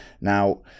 Now